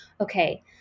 okay